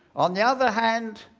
on the other hand,